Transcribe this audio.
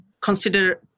consider